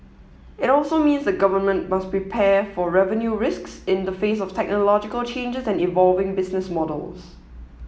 it also means the government must prepare for revenue risks in the face of technological changes and evolving business models